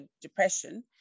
depression